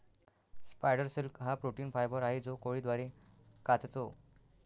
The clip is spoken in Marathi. स्पायडर सिल्क हा प्रोटीन फायबर आहे जो कोळी द्वारे काततो